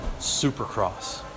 supercross